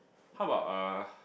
how about uh